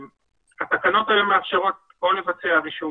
התקנות האלה מאפשרות או לבצע רישום